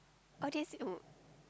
or they stay home